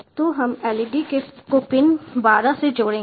तो हम LED को पिन 12 से जोड़ेंगे